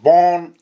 Born